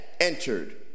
entered